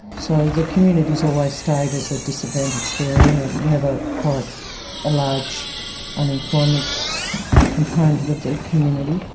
so the community's always stayed as a disadvantaged area and we have ah quite a large unemployment component of the community.